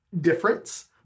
difference